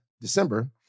December